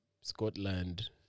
Scotland